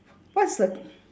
what's a